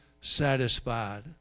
satisfied